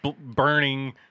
burning